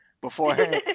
beforehand